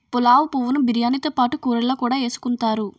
పులావు పువ్వు ను బిర్యానీతో పాటు కూరల్లో కూడా ఎసుకుంతారు